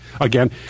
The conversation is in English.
again